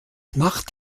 macht